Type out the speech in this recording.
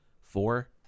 four